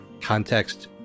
context